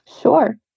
Sure